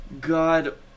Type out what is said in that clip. God